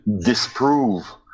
disprove